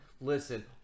listen